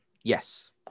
Yes